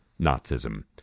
Nazism